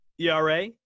ERA